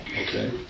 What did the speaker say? Okay